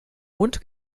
mund